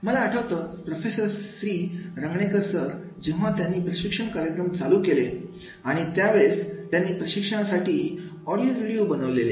मला आठवतं प्रोफेसर श्री रांगणेकर जेव्हा त्यांनी प्रशिक्षण कार्यक्रम चालू केले आणि त्यावेळेस त्यांनी प्रशिक्षण कार्यक्रमासाठी ऑडिओ आणि व्हिडीओ बनवलेले